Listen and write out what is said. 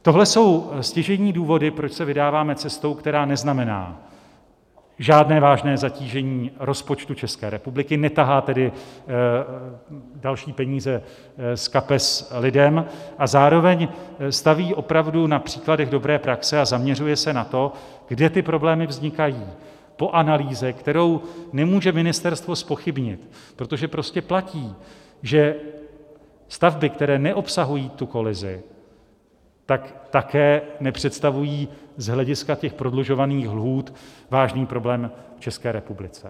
Tohle jsou stěžejní důvody, proč se vydáváme cestou, která neznamená žádné vážné zatížení rozpočtu České republiky, netahá tedy další peníze z kapes lidem a zároveň staví opravdu na příkladech dobré praxe a zaměřuje se na to, kde problémy vznikají, po analýze, kterou nemůže ministerstvo zpochybnit, protože prostě platí, že stavby, které neobsahují kolizi, také nepředstavují z hlediska prodlužovaných lhůt vážný problém v České republice.